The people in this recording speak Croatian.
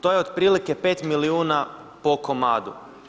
To je otprilike 5 milijuna po komadu.